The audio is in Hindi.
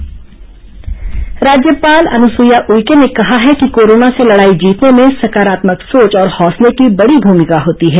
राज्यपाल जागरूकता राज्यपाल अनुसुईया उइके ने कहा है कि कोरोना से लड़ाई जीतने में सकारात्मक सोच और हौसले की बड़ी भूमिका होती है